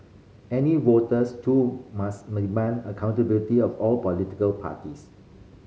any voters too must accountability of all political parties